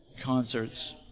concerts